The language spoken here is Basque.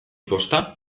kosta